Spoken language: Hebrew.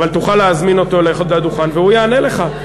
אבל תוכל להזמין אותו לדוכן והוא יענה לך.